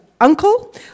uncle